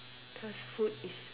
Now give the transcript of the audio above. cause food is